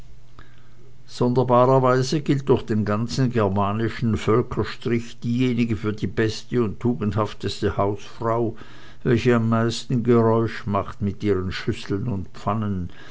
sonderbarerweise gilt durch den ganzen germanischen völkerstrich diejenige für die beste und tugendhafteste hausfrau welche am meisten geräusch macht mit ihren schüsseln und pfannen